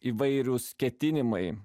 įvairius ketinimai